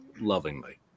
lovingly